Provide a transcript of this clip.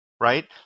right